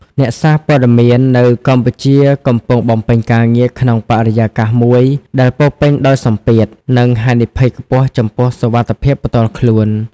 អ្នកសារព័ត៌មាននៅកម្ពុជាកំពុងបំពេញការងារក្នុងបរិយាកាសមួយដែលពោរពេញដោយសម្ពាធ និងហានិភ័យខ្ពស់ចំពោះសុវត្ថិភាពផ្ទាល់ខ្លួន។